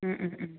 മ് മ് മ്